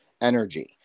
energy